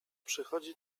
przychodzi